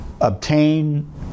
obtain